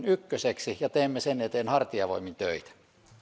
ykköseksi ja teemme sen eteen hartiavoimin töitä